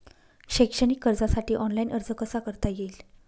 शैक्षणिक कर्जासाठी ऑनलाईन अर्ज कसा करता येईल?